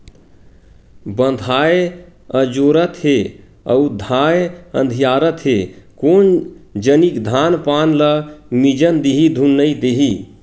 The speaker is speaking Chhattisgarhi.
बंधाए अजोरत हे अउ धाय अधियारत हे कोन जनिक धान पान ल मिजन दिही धुन नइ देही